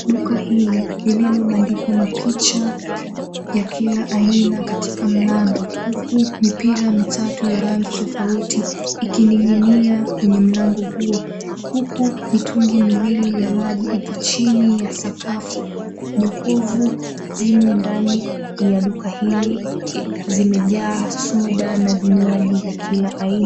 Duka hili lililopandikwa mapicha ya kila aina katika mlango huku mipira mitatu ya rangi tofauti ikining'inia kwenye mlango huo. Huku mitungi miwili ya maji ipo chini ya sakafu. Jokovu zimo ndani ya duka hili zimejaa soda na vinywaji vya kila aina.